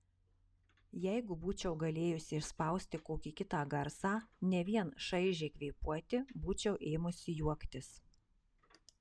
jeigu būčiau galėjusi išspausti kokį kitą garsą ne vien šaižiai kvėpuoti būčiau ėmusi juoktis